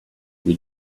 you